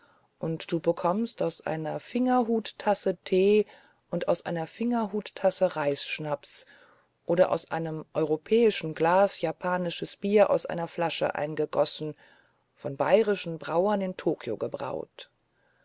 und du bekommst aus einer fingerhuttasse tee und aus einer fingerhuttasse reisschnaps oder aus einem europäischen glas japanisches bier aus einer flasche eingegossen von bayerischen brauern in tokio gebraut